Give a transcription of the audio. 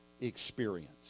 experience